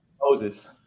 Moses